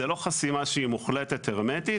זה לא חסימה שהיא מוחלטת הרמטית.